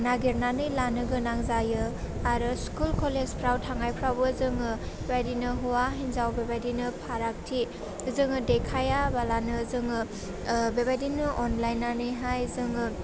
नागिरनानै लानांगौ जायो आरो स्कुल कलेजफ्राव थांनायफ्रावबो जोङो बेबायदिनो हौवा हिन्जाव बेबायदिनो फारागथि जोङो देखाया बालानो जोङो बेबायदिनो अनलायनानैहाय जोङो